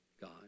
God